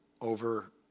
over